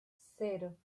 cero